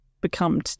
become